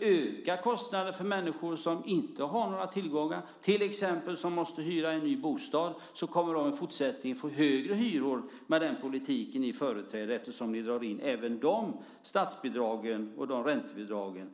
ökar kostnaderna för människor som inte har några tillgångar. Om de till exempel måste hyra en ny bostad kommer de i fortsättningen att få högre hyror med den politik ni företräder eftersom ni drar in även de statsbidragen och räntebidragen.